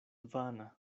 vana